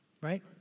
right